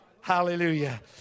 Hallelujah